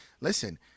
Listen